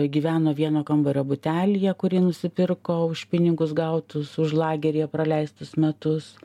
gyveno vieno kambario butelyje kurį nusipirko už pinigus gautus už lageryje praleistus metus